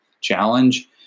challenge